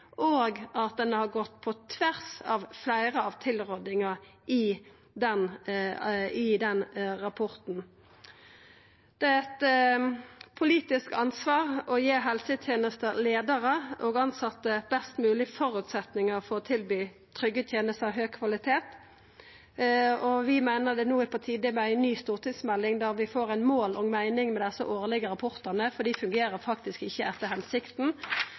og at ein har gått på tvers av fleire av tilrådingane i rapporten. Det er eit politisk ansvar å gi helsetenesta leiarar og tilsette med best mogleg føresetnader for å tilby trygge tenester av høg kvalitet. Vi meiner det no er på tide med ei ny stortingsmelding der vi får mål og meining med dei årlege rapportane, for dei fungerer faktisk ikkje etter hensikta.